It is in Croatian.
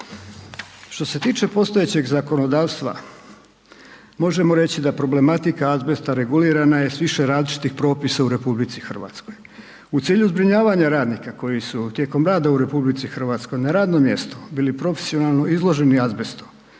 Što se tiče postojećeg zakonodavstva, možemo reći da problematika azbesta regulirana je s više različitih propisa u RH. U cilju zbrinjavanja radnika koji su tijekom rada u RH na radnom mjestu bili profesionalno izloženi azbestu,